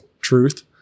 truth